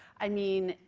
i mean,